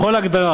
בכל הגדרה,